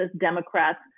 Democrats